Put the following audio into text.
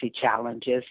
challenges